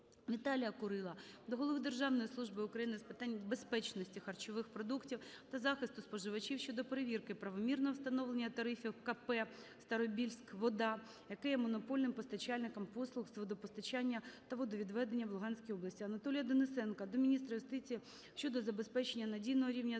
Віталія Курила до голови Державної служби України з питань безпечності харчових продуктів та захисту споживачів щодо перевірки правомірного встановлення тарифів КП "Старобільськвода", яка є монопольним постачальником послуг з водопостачання та водовідведення в Луганській області. Анатолія Денисенка до міністра юстиції щодо забезпечення надійного рівня захисту